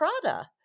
Prada